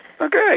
Okay